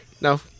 No